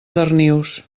darnius